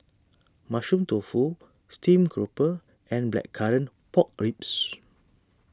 Mushroom Tofu Steamed Grouper and Blackcurrant Pork Ribs